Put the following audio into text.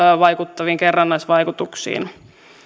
vaikuttaviin kerrannaisvaikutuksiin